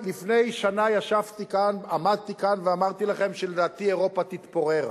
לפני שנה עמדתי כאן ואמרתי לכם שלדעתי אירופה תתפורר,